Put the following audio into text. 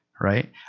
right